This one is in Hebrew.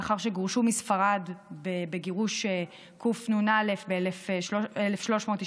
לאחר שגורשו מספרד בגירוש קנ"א ב-1391,